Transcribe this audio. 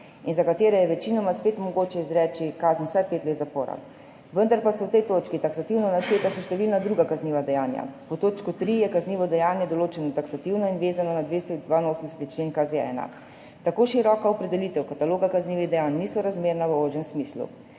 in za katera je večinoma spet mogoče izreči kazen vsaj pet let zapora. Vendar pa so v tej točki taksativno našteta še številna druga kazniva dejanja. Pod točko 3 je kaznivo dejanje določeno taksativno in vezano na 282. člen KZ-1. Tako široka opredelitev kataloga kaznivih dejanj ni sorazmerna v ožjem smislu.